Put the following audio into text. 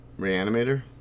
Reanimator